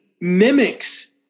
mimics